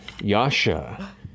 Yasha